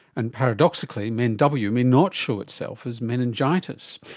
and paradoxically men w may not show itself as meningitis.